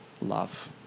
love